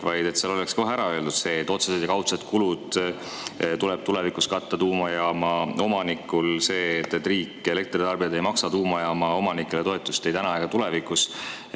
[võiks olla] kohe ära öeldud see, et otsesed ja kaudsed kulud tuleb tulevikus katta tuumajaama omanikul, ja see, et riik, elektritarbijad ei maksa tuumajaama omanikele toetust ei täna ega tulevikus.